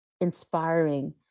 inspiring